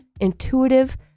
intuitive